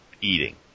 eating